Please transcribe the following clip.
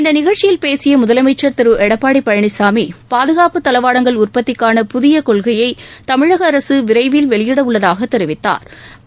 இந்த நிகழ்ச்சியில் பேசிய முதலமைச்சர் திரு எடப்பாடி திரு பழனிசாமி பாதுகாப்பு தளவாடங்கள் உற்பத்திக்கான புதிய கொள்கையை தமிழக அரசு விரைவில் வெளியிடவுள்ளதாக தெரிவித்தாா்